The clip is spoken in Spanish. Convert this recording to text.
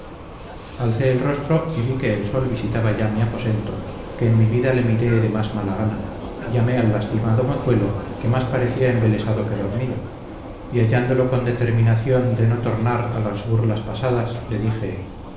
necesaria alcé el rostro y vi que el sol visitaba ya mi aposento que en mi vida le mire de más mala gana y llamé al lastimado mozuelo que más parecía embelesado que dormido y hallándolo con determinación de no tornar a las burlas pasadas le dije